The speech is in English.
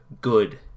good